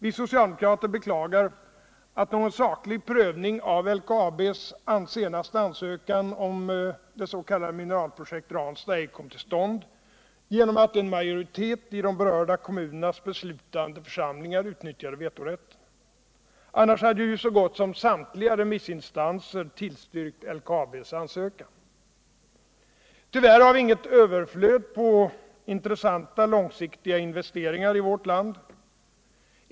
Vi socialdemokrater beklagar att någon saklig prövning av LKAB:s senaste ansökan om det s.k. Mineralprojekt Ranstad ej kom till stånd genom att en majoritet i de berörda kommunernas beslutande församlingar utnyttjade vetorätten. Annars hade ju så gott som samtliga remissinstanser tillstyrkt LKAB:s ansökan. Tyvärr har vi inget överflöd på intressanta, långsiktiga investeringar i vårt land.